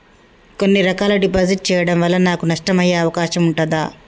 కొన్ని రకాల డిపాజిట్ చెయ్యడం వల్ల నాకు నష్టం అయ్యే అవకాశం ఉంటదా?